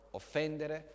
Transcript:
offendere